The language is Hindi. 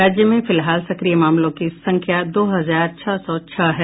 राज्य में फिलहाल सक्रिय मामलों की संख्या दो हजार छह सौ छह है